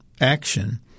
action